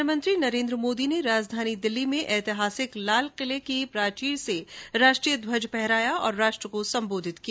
प्रधानमंत्री नरेंद्र मोदी ने राजधानी दिल्ली में ऐतिहासिक लालकिले की प्राचीर से राष्ट्रीय ध्वज फहराया और राष्ट्र को संबोधित किया